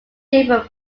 different